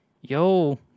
yo